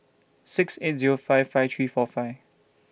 six eight Zero five five three four five